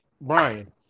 Brian